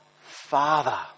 Father